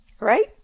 right